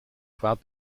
kwaad